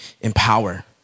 empower